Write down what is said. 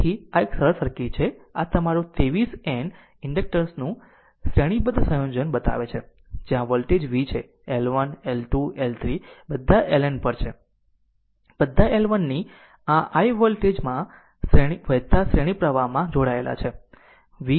તેથી આ એક સરળ સર્કિટ છે કે તમારું 23 એન ઇન્ડક્ટર્સ નું શ્રેણીબદ્ધ સંયોજન બતાવે છે જ્યાં વોલ્ટેજ વી છે L 1 L 2 L 3 બધા LN પર છે બધા L 1 ની આ i વોલ્ટેજ માં વહેતા શ્રેણી પ્રવાહમાં જોડાયેલા છે v 1 છે